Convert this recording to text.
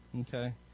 Okay